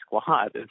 squad